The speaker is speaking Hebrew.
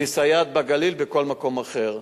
היא מסייעת בגליל ובכל מקום אחר.